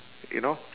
you know